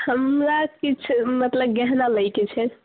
हमरा किछु मतलब गहना लैके छै